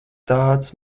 tāds